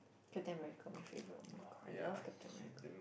Captain-America my favourite [oh]-my-god I love Captain-America